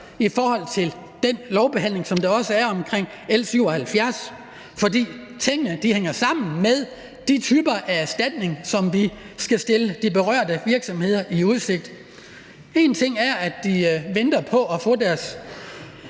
i forhold til den lovbehandling, der er i forbindelse med L 77. For tingene hænger sammen med de typer af erstatning, som vi skal stille de berørte virksomheder i udsigt. Én ting er, at de venter på at få deres